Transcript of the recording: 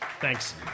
Thanks